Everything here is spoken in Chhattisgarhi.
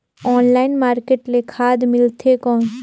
ऑनलाइन मार्केट ले खाद मिलथे कौन?